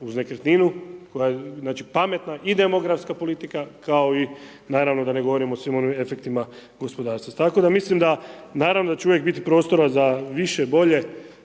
uz nekretninu koja je znači pametna i demografska politika kao i naravno da ne govorim o svim onim efektima gospodarstva. Tako da mislim da naravno da će uvijek biti prostora za više bolje